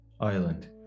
island